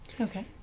Okay